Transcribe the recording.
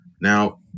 now